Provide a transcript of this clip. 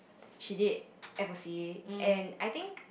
she did F_O_C and I think